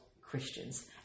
Christians